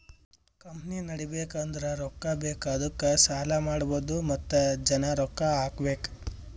company ನಡಿಬೇಕ್ ಅಂದುರ್ ರೊಕ್ಕಾ ಬೇಕ್ ಅದ್ದುಕ ಸಾಲ ಮಾಡ್ಬಹುದ್ ಮತ್ತ ಜನ ರೊಕ್ಕಾ ಹಾಕಬೇಕ್